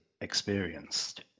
experienced